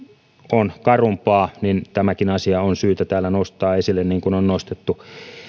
on karumpaa niin tämäkin asia on syytä täällä nostaa esille kuten on nostettukin